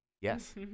yes